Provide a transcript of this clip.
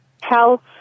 health